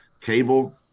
Cable